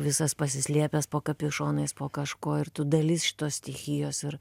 visas pasislėpęs po kapišonais po kažkuo ir tu dalis šitos stichijos ir